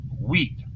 wheat